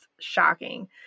shocking